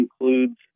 includes